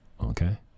Okay